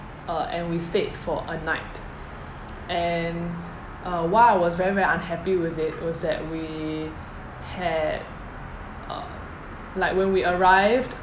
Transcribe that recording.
uh and we stayed for a night and uh why I was very very unhappy with it was that we had uh like when we arrived